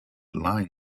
line